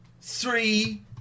three